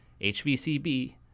hvcb